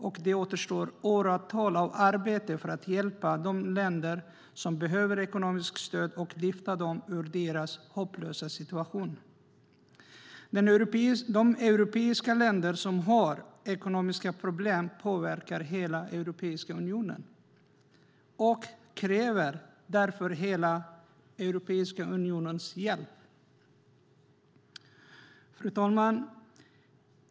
Men det återstår åratal av arbete för att hjälpa de länder som behöver ekonomiskt stöd och för att lyfta dem ur deras hopplösa situation. De europeiska länder som har ekonomiska problem påverkar hela Europeiska unionen och kräver därför hela Europeiska unionens hjälp. Fru talman!